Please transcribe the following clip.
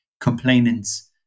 complainants